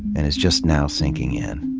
and it's just now sinking in,